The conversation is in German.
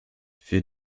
für